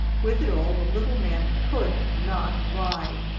with it all the little man could not ride,